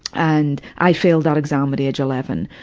and i failed that exam at age eleven.